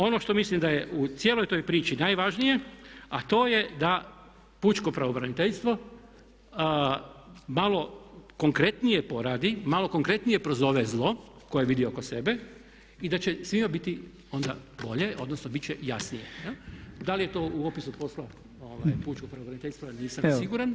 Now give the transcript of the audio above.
Ono što mislim da je u cijeloj toj priči najvažnije a to je da pučko pravobraniteljstvo malo konkretnije poradi, malo konkretnije prozove zlo koje vidi oko sebe i da će svima biti onda bolje odnosno biti će jasnije, da li je to u opisu posla pučkog pravobraniteljstva, nisam siguran.